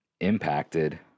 impacted